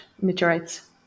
meteorites